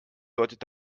deutet